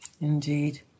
Indeed